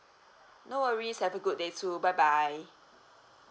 no worries have a good day too bye bye